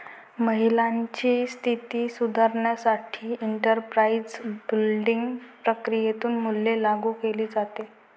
महिलांची स्थिती सुधारण्यासाठी एंटरप्राइझ बिल्डिंग प्रक्रियेतून मूल्ये लागू केली जातात